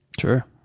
Sure